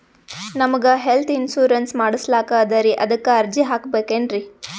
ನಮಗ health insurance ಮಾಡಸ್ಲಾಕ ಅದರಿ ಅದಕ್ಕ ಅರ್ಜಿ ಹಾಕಬಕೇನ್ರಿ?